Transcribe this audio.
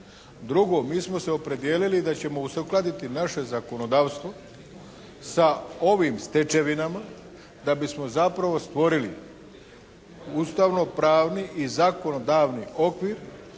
Drugo, mi smo se opredijelili da ćemo uskladiti naše zakonodavstvo sa ovim stečevinama da bismo zapravo stvorili ustavnopravni i zakonodavni okvir